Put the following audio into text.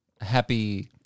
Happy